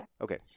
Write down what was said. okay